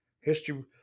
History